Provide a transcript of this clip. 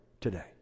today